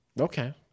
Okay